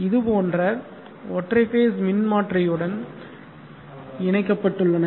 இது போன்ற ஒற்றை ஃபேஸ் மின்மாற்றியுடன் இணைக்கப்பட்டுள்ளன